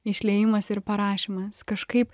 išliejimas ir parašymas kažkaip